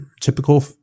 typical